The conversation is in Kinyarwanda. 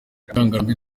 mukangarambe